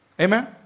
Amen